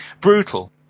Brutal